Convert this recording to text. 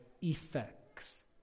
effects